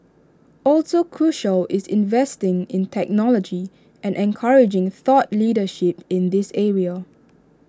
also crucial is investing in technology and encouraging thought leadership in this area